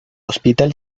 hospital